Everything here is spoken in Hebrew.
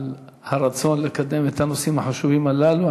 הרצון לקדם את הנושאים החשובים הללו.